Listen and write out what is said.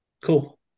Cool